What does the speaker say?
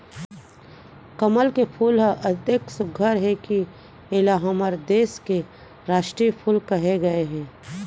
कमल के फूल ह अतेक सुग्घर हे कि एला हमर देस के रास्टीय फूल कहे गए हे